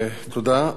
תודה.